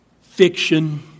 fiction